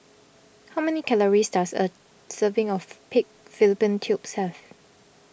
how many calories does a serving of Pig Fallopian Tubes have